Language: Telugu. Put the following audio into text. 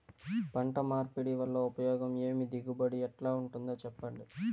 పంట మార్పిడి వల్ల ఉపయోగం ఏమి దిగుబడి ఎట్లా ఉంటుందో చెప్పండి?